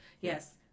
Yes